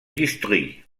district